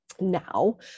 now